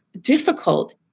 difficult